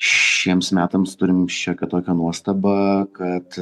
šiems metams turim šiokią tokią nuostabą kad